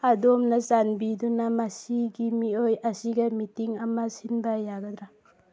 ꯑꯗꯣꯝꯅ ꯆꯥꯟꯕꯤꯗꯨꯅ ꯃꯁꯤꯒꯤ ꯃꯤꯑꯣꯏ ꯑꯁꯤꯒ ꯃꯤꯇꯤꯡ ꯑꯃ ꯁꯤꯟꯕ ꯌꯥꯒꯗ꯭ꯔꯥ